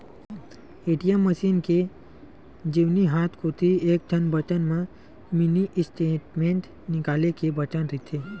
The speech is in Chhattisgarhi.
ए.टी.एम मसीन के जेवनी हाथ कोती एकठन बटन म मिनी स्टेटमेंट निकाले के बटन रहिथे